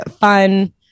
fun